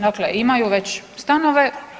Dakle, imaju već stanove.